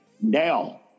Now